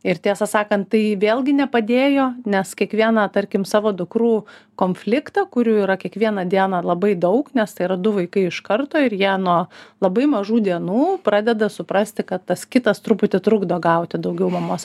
ir tiesą sakant tai vėlgi nepadėjo nes kiekvieną tarkim savo dukrų konfliktą kurių yra kiekvieną dieną labai daug nes tai yra du vaikai iš karto ir jie nuo labai mažų dienų pradeda suprasti kad tas kitas truputį trukdo gauti daugiau mamos